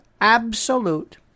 absolute